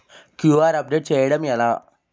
QR update చేయడం ఎలా?